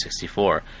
64